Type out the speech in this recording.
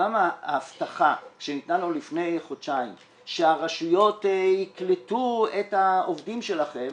גם ההבטחה שניתנה לנו לפני חודשיים שהרשויות יקלטו את העובדים שלכם,